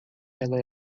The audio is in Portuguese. ela